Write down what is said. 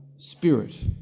spirit